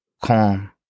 calm